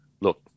look